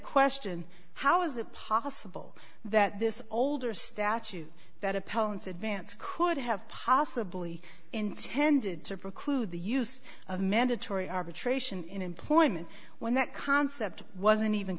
question how is it possible that this older statute that opponents advance could have possibly intended to preclude the use of mandatory arbitration in employment when that concept wasn't even